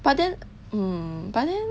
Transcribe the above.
but then mm but then